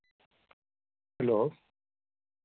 hello